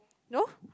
no